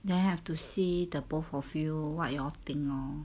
then have to see the both of you what you all think lor